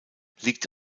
liegt